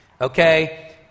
Okay